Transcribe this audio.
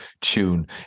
tune